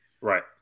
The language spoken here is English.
Right